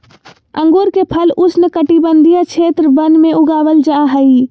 अंगूर के फल उष्णकटिबंधीय क्षेत्र वन में उगाबल जा हइ